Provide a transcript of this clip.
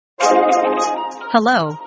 Hello